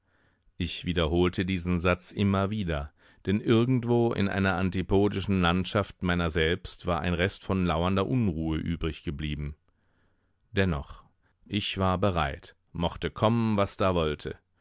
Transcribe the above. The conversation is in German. ich wiederholte diesen satz immer wieder denn irgendwo in einer antipodischen landschaft meiner selbst war ein rest von lauernder unruhe übriggeblieben dennoch ich war bereit mochte kommen was da wollte